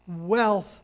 wealth